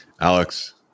Alex